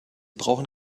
brauchen